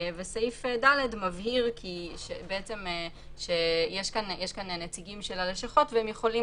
סעיף (ד) מבהיר שיש כאן נציגים של הלשכות והם יכולים